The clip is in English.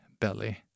belly